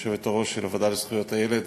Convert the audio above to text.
היושבת-ראש של הוועדה לזכויות הילד,